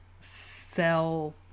sell